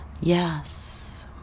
Yes